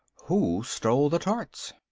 who stole the tarts?